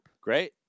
Great